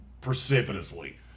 precipitously